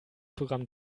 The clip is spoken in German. programm